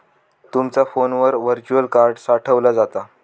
तुमचा फोनवर virtual card साठवला जाता